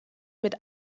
mit